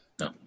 No